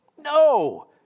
No